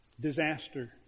Disaster